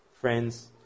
friends